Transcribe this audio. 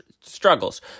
struggles